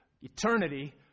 Eternity